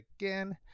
again